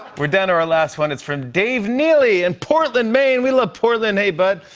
we're down to our last one. it's from dave nealy in portland, maine. we love portland. hey, bud.